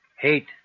hate